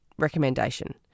recommendation